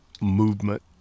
movement